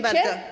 bardzo.